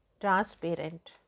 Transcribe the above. transparent